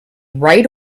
right